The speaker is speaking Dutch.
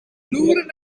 loeren